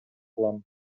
кылам